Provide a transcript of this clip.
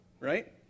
right